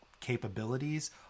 capabilities